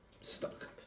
stuck